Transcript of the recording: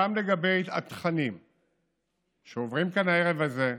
גם לגבי התכנים שעוברים כאן בערב הזה,